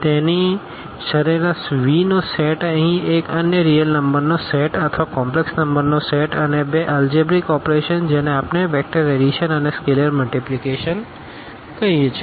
તેથી સરેરાશ Vનો સેટ અહીં એક અન્ય રીઅલ નંબરનો સેટ અથવા કોમપ્લેક્ષ નંબરનો સેટ અને બે અલજેબરીક ઓપરેશન જેને આપણે વેક્ટર એડિશન અને સ્કેલેર મલ્ટીપ્લીકેશન કહીએ છીએ